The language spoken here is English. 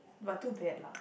but too bad lah